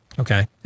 Okay